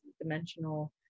dimensional